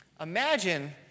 Imagine